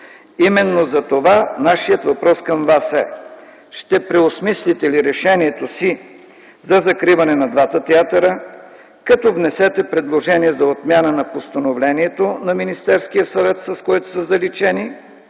Именно затова нашият въпрос към Вас е: ще преосмислите ли решението си за закриване на двата театъра, като внесете предложение за отмяна на постановлението на Министерския съвет, с което са заличени